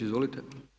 Izvolite.